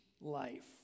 life